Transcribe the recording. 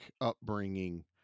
upbringing